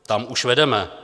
Tam už vedeme.